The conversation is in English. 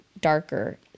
darker